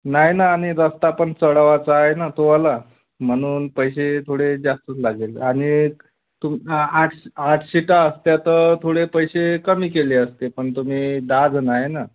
नाही ना आणि रस्ता पण चढावाचा आहे ना तो वाला म्हणून पैसे थोडे जास्तच लागेल आणि तुम आठ आठ शीटा असत्या तर थोडे पैसे कमी केले असते पण तुम्ही दहा जणं आहे ना